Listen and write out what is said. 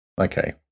Okay